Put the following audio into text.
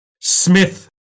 Smith